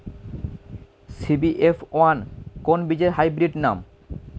CBF one কোন বীজের hybrid নাম?